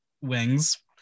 wings